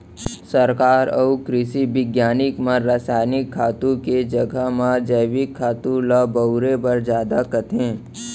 सरकार अउ कृसि बिग्यानिक मन रसायनिक खातू के जघा म जैविक खातू ल बउरे बर जादा कथें